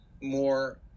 more